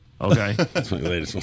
Okay